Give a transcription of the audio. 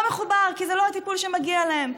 לא מחובר, כי זה לא הטיפול שמגיע להם.